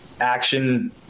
action